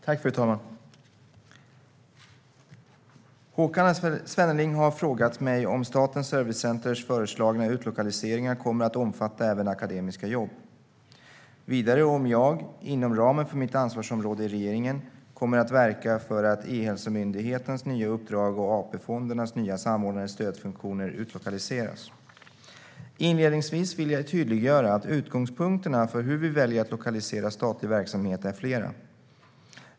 Fru talman! Håkan Svenneling har frågat mig om Statens servicecenters föreslagna utlokaliseringar kommer att omfatta även akademiska jobb. Vidare har han frågat mig om jag inom ramen för mitt ansvarsområde i regeringen kommer att verka för att E-hälsomyndighetens nya uppdrag och AP-fondernas nya samordnande stödfunktioner utlokaliseras. Inledningsvis vill jag tydliggöra att utgångspunkterna för hur vi väljer att lokalisera statlig verksamhet är flera.